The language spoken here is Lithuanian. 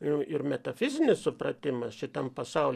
ir ir metafizinis supratimas šitam pasauly